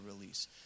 release